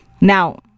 Now